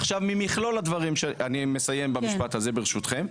רוצה לומר, אני מסיים במשפט הזה ברשותכם.